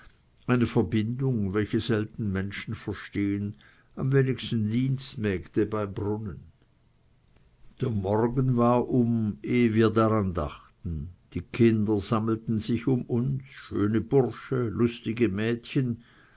eine verbindung welche selten menschen verstehen am wenigsten dienstmägde beim brunnen der morgen war um ehe wir daran dachten die kinder sammelten sich um uns schöne bursche lustige mädchen